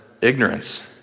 ignorance